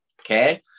Okay